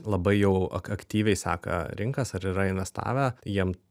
labai jau ak aktyviai seka rinkas ar yra investavę jiem